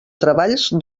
treballs